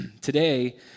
Today